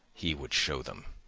he would show them.